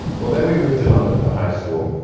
well, then we moved to london for high school.